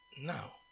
Now